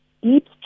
Deep